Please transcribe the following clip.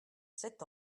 sept